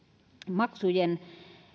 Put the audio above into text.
maksujen